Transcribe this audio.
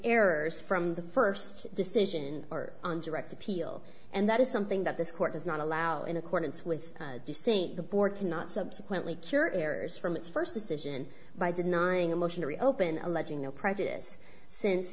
errors from the first decision or on direct appeal and that is something that this court does not allow in accordance with the board cannot subsequently cure errors from its first decision by denying a motion to reopen alleging no prejudice since